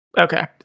Okay